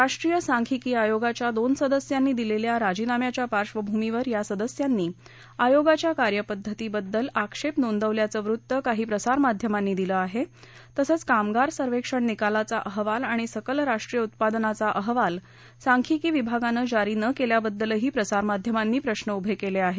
राष्ट्रीय सांख्यिकी आयोगाच्या दोन सदस्यांनी दिलेल्या राजीनाम्याच्या पार्श्वभूमीवर या सदस्यांनी आयोगाच्या कार्यपद्धतीबद्दल आक्षेप नोंदवल्याचे वृत्त काही प्रसारमाध्यमांनी दिले आहे तसेच कामगार सर्वेक्षण निकालाचा अहवाल आणि सकल राष्ट्रीय उत्पादनाचा अहवाल सांख्यिकी विभागाने जारी न केल्याबद्दलही प्रसार माध्यमांनी प्रश्न उभे केले आहेत